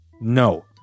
No